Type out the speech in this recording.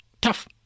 Tough